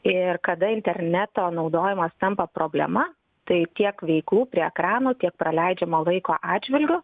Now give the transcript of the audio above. ir kada interneto naudojimas tampa problema tai tiek vaikų prie ekrano tiek praleidžiamo laiko atžvilgiu